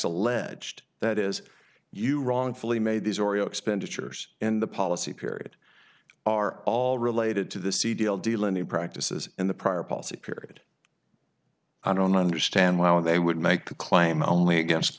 alleged that is you wrongfully made these oreo expenditures in the policy period are all related to the c deal dealing in practices in the prior policy period i don't understand why would they would make the claim only against the